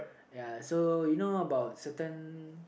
ya so you know about certain